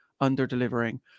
under-delivering